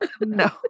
No